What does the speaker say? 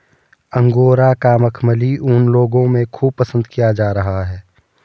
angora का मखमली ऊन लोगों में खूब पसंद किया जा रहा है